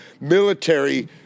military